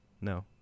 No